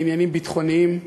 בעניינים ביטחוניים.